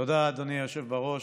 תודה, אדוני היושב בראש.